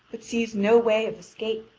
but sees no way of escape.